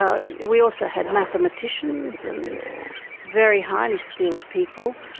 ah we also had mathematicians and very highly skilled people,